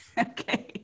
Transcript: Okay